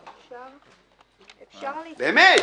באמת.